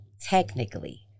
technically